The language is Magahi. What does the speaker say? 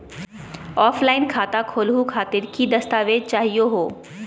ऑफलाइन खाता खोलहु खातिर की की दस्तावेज चाहीयो हो?